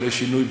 אבל יש שינוי.